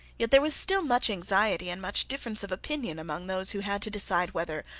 yet there was still much anxiety and much difference of opinion among those who had to decide whether,